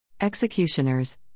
Executioners